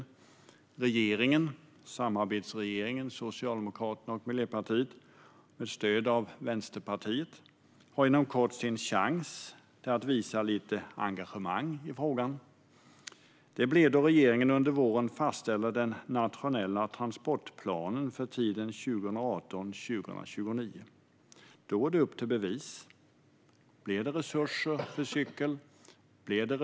Samarbetsregeringen, det vill säga Socialdemokraterna och Miljöpartiet med stöd av Vänsterpartiet, får inom kort sin chans att visa lite engagemang i frågan. Den kommer när regeringen under våren fastställer den nationella transportplanen för tiden 2018-2029. Då är det upp till bevis: Blir det mer resurser till cyklandet?